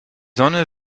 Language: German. sonne